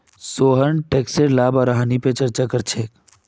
सोहन टैकसेर लाभ आर हानि पर चर्चा कर छेक